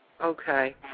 Okay